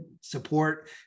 support